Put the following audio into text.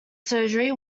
surgery